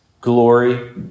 glory